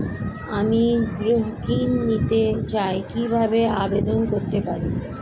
আমি গৃহ ঋণ নিতে চাই কিভাবে আবেদন করতে পারি?